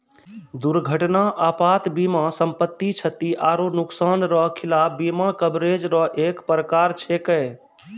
दुर्घटना आपात बीमा सम्पति, क्षति आरो नुकसान रो खिलाफ बीमा कवरेज रो एक परकार छैकै